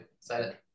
excited